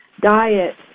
diet